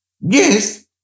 Yes